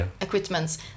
equipments